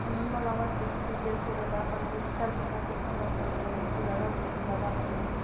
म्हणून मला वाटते की तिच्यासोबत आपण सारखं सारखं सहवाासत राहून तिला डॉक्टरला दाखवून